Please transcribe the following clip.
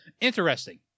Interesting